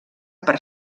per